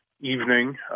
evening